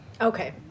Okay